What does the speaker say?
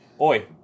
Oi